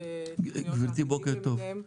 גברתי, בוקר טוב.